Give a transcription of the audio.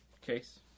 case